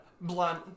blunt